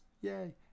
yay